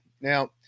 Now